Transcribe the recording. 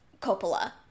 Coppola